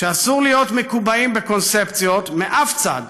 שאסור להיות מקובעים בקונספציות משום צד,